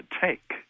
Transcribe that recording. take